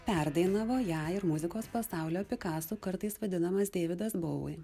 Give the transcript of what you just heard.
perdainavo ją ir muzikos pasaulio pikasu kartais vadinamas deividas bouvi